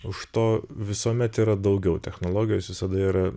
už to visuomet yra daugiau technologijos visada yra